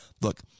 look